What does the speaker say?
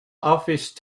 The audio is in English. office